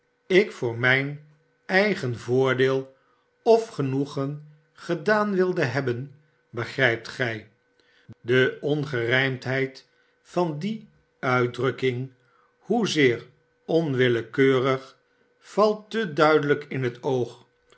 ik joormijn eigen voordeel of genoegen gedaan wilde hebben begrijpt gij de ongerijmdheid van die uitdmkking hoezeer onwillekeurig valt te duidelijk in het oog